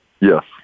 Yes